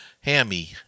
hammy